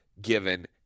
given –